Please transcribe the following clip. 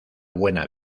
buena